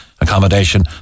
accommodation